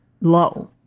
low